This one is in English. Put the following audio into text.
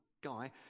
guy